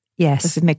Yes